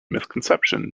misconception